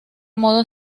modo